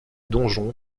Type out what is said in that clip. donjon